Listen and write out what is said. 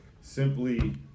simply